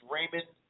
Raymond